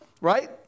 Right